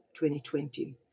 2020